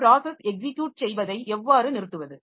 ஒரு process execute செய்வதை எவ்வாறு நிறுத்துவது